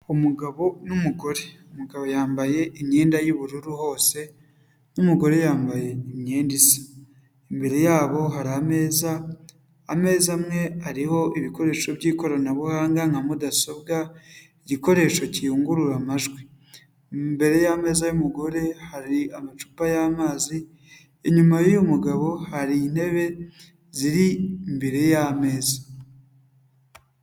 Umugabo n'umugore, umugabo yambaye imyenda y'bururu hose, n'umugore yambaye imyenda isa. Imbere yabo hari ameza, ameza amwe ariho ibikoresho by'ikoranabuhanga nka mudasobwa, igikoresho kiyungura amajwi. Imbere y'ameza y'umugore hari amacupa y'amazi, inyuma y'uyu mugabo hari intebe ziri imbere y'ameza.